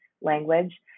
language